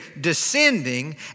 descending